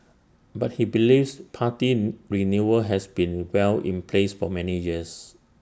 but he believes party renewal has been well in place for many years